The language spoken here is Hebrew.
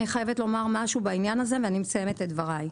אני חייבת לומר משהו בעניין הזה ואני מסיימת את דברי,